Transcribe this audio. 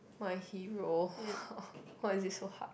my hero why is it so hard